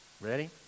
Ready